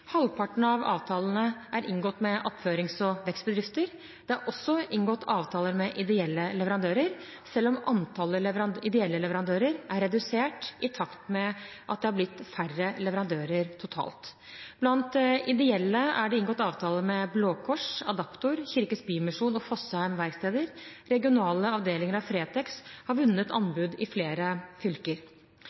Halvparten av avtalene er inngått med attførings- og vekstbedrifter. Det er også inngått avtaler med ideelle leverandører, selv om antallet ideelle leverandører er redusert i takt med at det har blitt færre leverandører totalt. Blant ideelle er det inngått avtaler med Blå Kors, Adaptor, Kirkens Bymisjon og Fossheim Verksteder. Regionale avdelinger av Fretex har vunnet anbud i flere fylker.